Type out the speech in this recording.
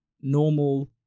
normal